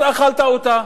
אז אכלת אותה.